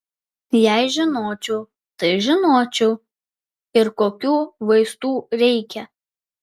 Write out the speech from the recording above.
jei žinočiau tai žinočiau ir kokių vaistų reikia